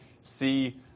see